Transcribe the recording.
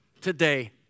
today